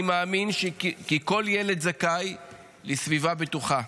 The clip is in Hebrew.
אני מאמין כי כל ילד זכאי לסביבה בטוחה,